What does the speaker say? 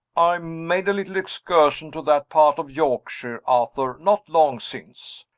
i made a little excursion to that part of yorkshire, arthur, not long since.